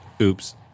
Oops